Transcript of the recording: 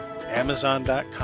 Amazon.com